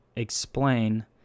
Explain